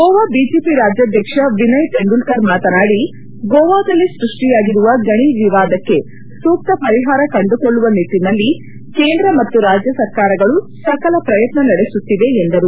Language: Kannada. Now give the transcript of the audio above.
ಗೋವಾ ಬಿಜೆಪಿ ರಾಜ್ಯಾದ್ಯಕ್ಷ ವಿನಯ್ ತೆಂಡೂಲ್ತರ್ ಮಾತನಾಡಿ ಗೋವಾದಲ್ಲಿ ಸೃಷ್ಟಿಯಾಗಿರುವ ಗಣಿ ವಿವಾದಕ್ಕೆ ಸೂಕ್ತ ಪರಿಹಾರ ಕಂಡುಕೊಳ್ಳುವ ನಿಟ್ಟನಲ್ಲಿ ಕೇಂದ್ರ ಮತ್ತು ರಾಜ್ಯ ಸರ್ಕಾರಗಳು ಸಕಲ ಪ್ರಯತ್ನ ನಡೆಸುತ್ತಿವೆ ಎಂದರು